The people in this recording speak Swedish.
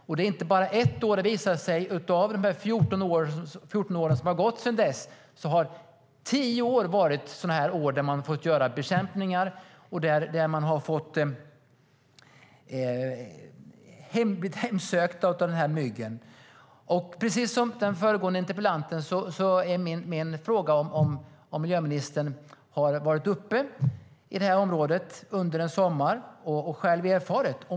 Och det är inte bara ettPrecis som den föregående interpellanten vill jag fråga: Har miljöministern varit uppe i området under sommaren och själv erfarit detta?